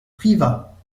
privas